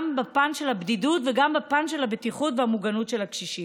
גם בפן של הבדידות וגם בפן של הבטיחות והמוגנות של הקשישים.